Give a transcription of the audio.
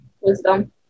wisdom